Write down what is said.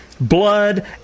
blood